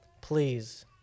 Please